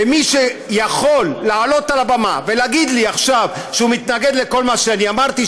ומי שיכול לעלות על הבמה ולהגיד לי עכשיו שהוא מתנגד לכל מה שאני אמרתי,